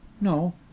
no